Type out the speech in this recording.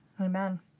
Amen